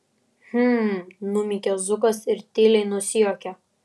hm numykia zukas ir tyliai nusijuokia